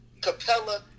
Capella